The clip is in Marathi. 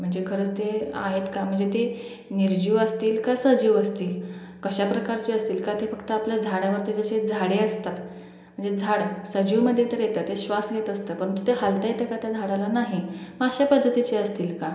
म्हणजे खरंच ते आहेत का म्हणजे ते निर्जीव असतील का सजीव असतील कशा प्रकारचे असतील का ते फक्त आपलं झाडावरती जसे झाडे असतात जे झाड सजीवमध्ये तर येतं ते श्वास घेत असतं परंतु ते हालता येतं का त्या झाडाला नाही अशा पद्धतीचे असतील का